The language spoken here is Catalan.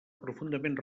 profundament